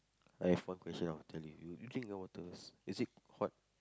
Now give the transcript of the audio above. I have one question I will tell you you you drink your water first is it hot